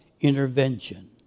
intervention